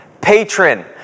patron